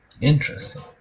Interesting